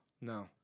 No